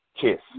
kiss